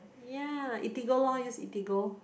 ya eatigo lor use eatigo